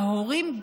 וההורים,